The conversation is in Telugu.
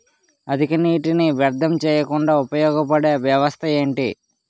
అధిక నీటినీ వ్యర్థం చేయకుండా ఉపయోగ పడే వ్యవస్థ ఏంటి